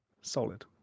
Solid